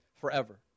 forever